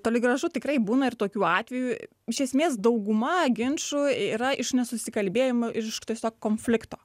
toli gražu tikrai būna ir tokių atvejų iš esmės dauguma ginčų yra iš nesusikalbėjimo ir iš tiesiog konflikto